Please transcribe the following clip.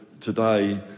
today